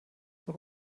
doch